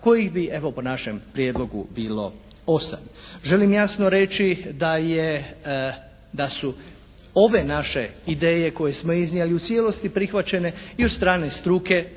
kojih bi evo po našem prijedlogu bilo 8. Želim jasno reći da je, da su ove naše ideje koje smo iznijeli u cijelosti prihvaćene i od strane struke.